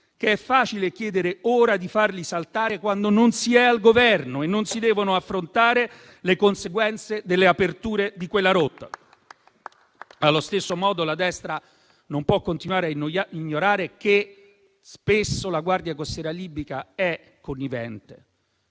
che è facile chiedere ora di farli saltare, quando non si è al Governo e non si devono affrontare le conseguenze delle aperture di quella rotta. Allo stesso modo la destra non può continuare a ignorare che spesso la Guardia costiera libica è connivente